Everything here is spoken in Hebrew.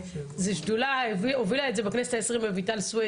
זו שדולה שהובילה את זה בכנסת ה- 20 רויטל סוויד,